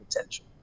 attention